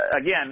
again